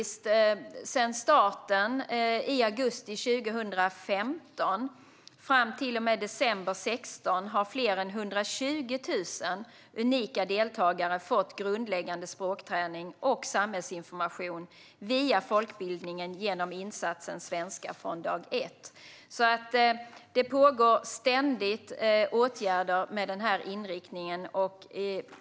Sedan starten i augusti 2015 fram till december 2016 har fler än 120 000 unika deltagare fått grundläggande språkträning och samhällsinformation via folkbildningen genom insatsen Svenska från dag ett. Det pågår ständigt åtgärder med den här inriktningen.